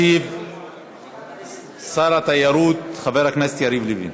ישיב שר התיירות חבר הכנסת יריב לוין.